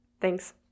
Thanks